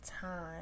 time